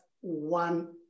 one